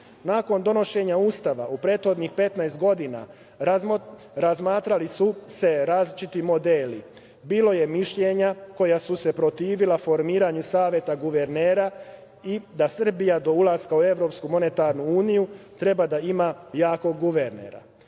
Nakon donošenja Ustava, u prethodnih 15 godina razmatrali su se različiti modeli, bilo je mišljenja koja su se protivila formiranju Saveta guvernera, da Srbija do ulaska u Evropsku monetarnu uniju treba da ima jakog guvernera.